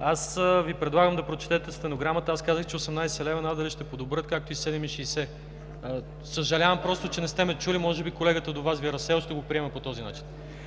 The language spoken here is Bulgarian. аз Ви предлагам да прочетете стенограмата. Аз казах, че 18 лв. надали ще подобрят, както и 7,60 лв. Съжалявам, че не сте ме чули. Може би колегата до Вас Ви е разсеял. Ще го приема по този начин.